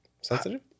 Sensitive